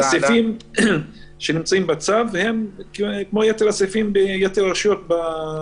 הסעיפים שנמצאים בצו הם כמו יתר הסעיפים ביתר הרשויות במגזר היהודי,